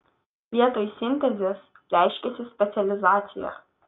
vietoj sintezės reiškiasi specializacija